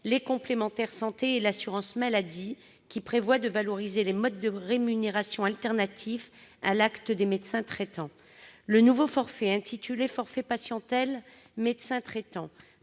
les complémentaires santé et l'assurance maladie, qui prévoit de valoriser les modes de rémunération alternatifs à l'acte des médecins traitants. Le nouveau forfait intitulé « forfait patientèle médecin traitant »